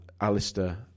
Alistair